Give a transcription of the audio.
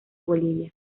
bolivia